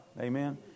Amen